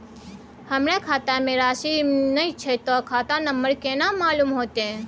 हमरा खाता में राशि ने छै ते खाता नंबर केना मालूम होते?